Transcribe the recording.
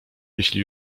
jeśli